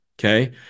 Okay